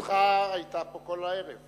נוכחותך היתה פה כל הערב,